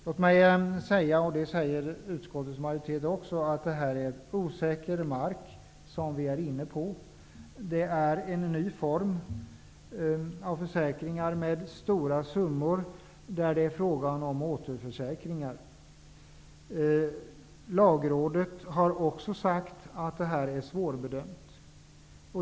Låt mig säga, och det säger utskottets majoritet också, att vi här är inne på osäker mark. Det är en ny form av försäkringar, med stora summor, där det är fråga om återförsäkringar. Lagrådet har också sagt att det här är svårbedömt.